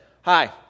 Hi